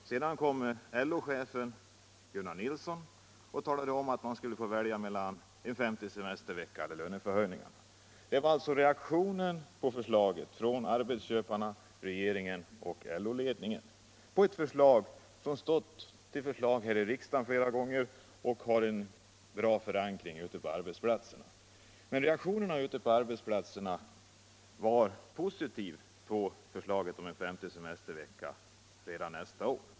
Därefter kom LO-chefen Gunnar Nilsson och talade om, att man skulle få välja mellan en femte semestervecka och löneförhöjningar. Det var alltså reaktionen från arbetsköparna, regeringen och LO-led ningen på ett förslag som aktualiserats här i riksdagen flera gånger och - Nr 132 som har en bra förankring ute på arbetsplatserna. Torsdagen den Men reaktionerna på arbetsplatserna var positiva till förslaget om en 20 maj 1976 femte semestervecka redan nästa år.